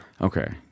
okay